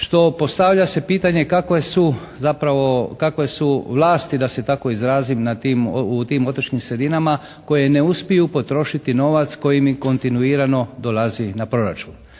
što postavlja se pitanje kakve su, zapravo kakve su vlasti da se tako izrazim na tim, u tim otočkim sredinama koje ne uspiju potrošiti novac koji mi kontinuirano dolazi na proračun.